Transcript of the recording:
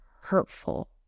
hurtful